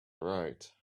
right